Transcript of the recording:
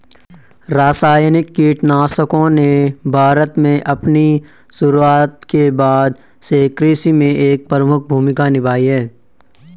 रासायनिक कीटनाशकों ने भारत में अपनी शुरूआत के बाद से कृषि में एक प्रमुख भूमिका निभाई है